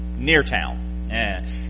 Neartown